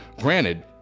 granted